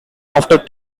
after